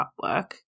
artwork